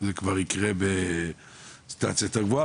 זה כבר יקרה בצורה קצת יותר גבוהה,